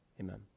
amen